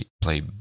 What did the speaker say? play